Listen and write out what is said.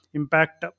impact